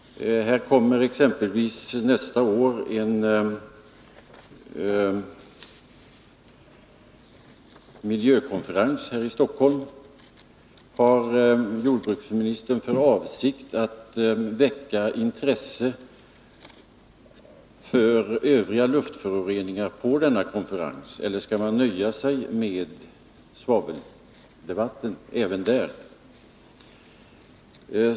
Nästa år kommer en miljökonferens att hållas i Stockholm: Har Nr 38 jordbruksministern för avsikt att väcka intresse för övriga luftföroreningar på denna konferens, eller skall man nöja sig med svaveldebatten även där?